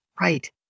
Right